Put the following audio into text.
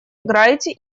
играете